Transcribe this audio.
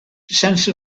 sense